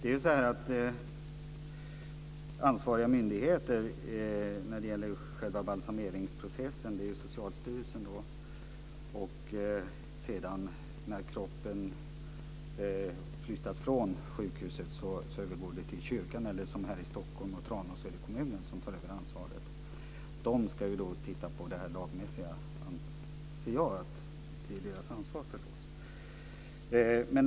Fru talman! Den ansvariga myndigheten när det gäller själva balsameringsprocessen är Socialstyrelsen, och när kroppen flyttas från sjukhuset är det kyrkan eller i Stockholm och Tranås kommunen som tar över ansvaret. Jag anser att det är dessa myndigheters ansvar att följa lagbestämmelserna.